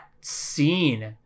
scene